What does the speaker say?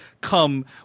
come